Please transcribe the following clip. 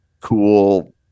cool